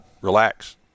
relax